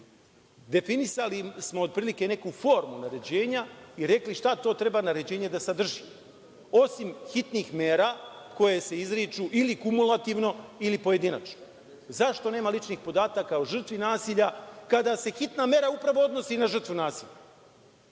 Definisali smo otprilike neku formu naređenja i rekli šta to treba naređenje da sadrži osim hitnih mera koje se izriču ili kumulativno ili pojedinačno. Zašto nema ličnih podataka o žrtvi nasilja, kada se hitna mera upravo odnosi na žrtvu nasilja? Drugo,